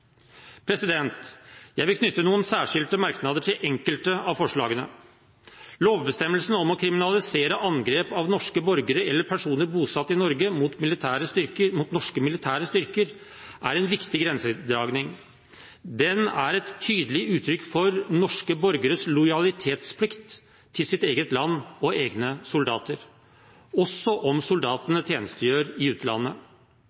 Jeg vil knytte noen særskilte merknader til enkelte av forslagene. Lovbestemmelsen om å kriminalisere angrep av norske borgere eller personer bosatt i Norge, mot norske militære styrker, er en viktig grensedragning. Den er et tydelig uttrykk for norske borgeres lojalitetsplikt til sitt eget land og egne soldater – også om